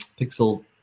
Pixel